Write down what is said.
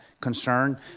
concern